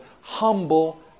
Humble